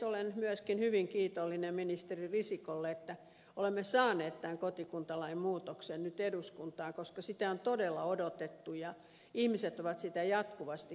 olen myöskin hyvin kiitollinen ministeri risikolle että olemme saaneet tämän kotikuntalain muutoksen nyt eduskuntaan koska sitä on todella odotettu ja ihmiset ovat sitä jatkuvasti kyselleet